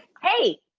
hey.